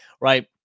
Right